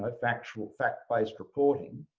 but factual fact-based reporting,